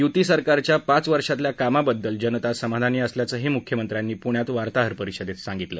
युती सरकारच्या पाच वर्षातल्या कामाबद्दल जनता समाधानी असल्याचं मुख्यमंत्र्यानी पुण्यात वार्ताहर परिषदेत सांगितलं